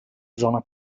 zona